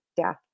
death